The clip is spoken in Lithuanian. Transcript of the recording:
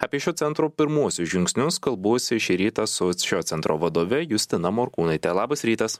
apie šio centro pirmuosius žingsnius kalbuosi šį rytą su čio centro vadove justina morkūnaite labas rytas